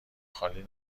خالی